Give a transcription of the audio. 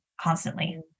constantly